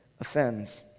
offends